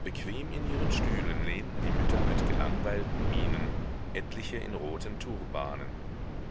bequem in ihren stühlen lehnten die mütter mit gelangweilten mienen etliche in roten turbanen